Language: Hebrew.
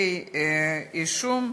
כתבי-אישום,